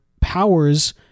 powers